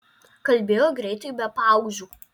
kalbėjo greitai be pauzių